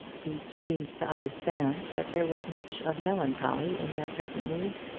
each seemed to understand that there was much of melancholy in their present mood,